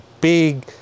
big